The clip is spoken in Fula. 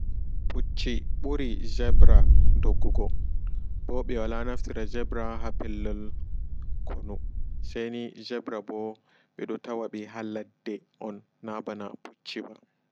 Pucci ɓuri Zeɓra doggugo ɓo ɓewala naftira Zeɓra ha pellel konu seni Zeɓra bo ɓedo tawaɓe haa ladde on na bana pucci ba.